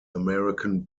american